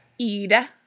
Ida